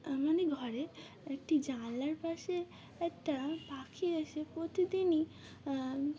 মানে ঘরে একটি জানলার পাশে একটা পাখি এসে প্রতিদিনই